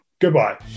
Goodbye